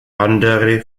andere